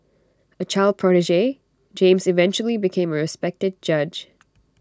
A child prodigy James eventually became A respected judge